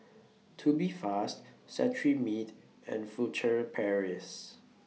Tubifast Cetrimide and Furtere Paris